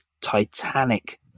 Titanic